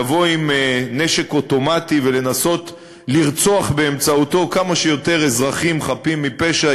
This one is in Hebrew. לבוא עם נשק אוטומטי ולנסות לרצוח באמצעותו כמה שיותר אזרחים חפים מפשע,